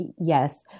Yes